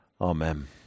Amen